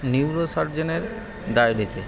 নিউরোসার্জেনের ডায়েরীতে